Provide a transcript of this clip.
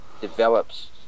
develops